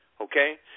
Okay